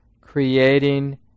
creating